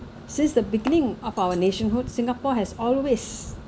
since the beginning of our nationhood singapore has always